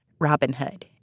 Robinhood